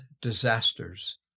disasters